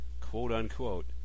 quote-unquote